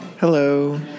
Hello